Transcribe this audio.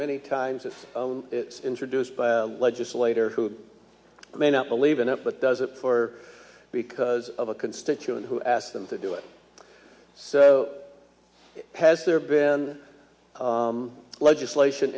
many times if it's introduced by a legislator who may not believe in it but does it for because of a constituent who asked them to do it so has there been legislation